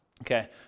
Okay